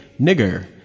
nigger